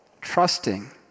trusting